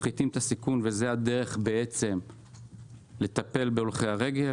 מפחיתים את הסיכון, וזאת הדרך לטפל בהולכי הרגל.